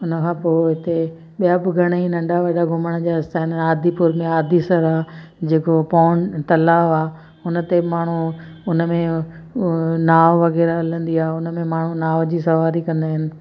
हुन खां पोइ उते ॿिया बि घणा ई नंढा वॾा घुमण जा स्थान आदिपुर में आदिसर आहे जेको पॉंड तलाउ आहे हुन ते माण्हू हुन में नाव वग़ैरह हलंदी आहे हुन में माण्हू नाव जी सवारी कंदा आहिनि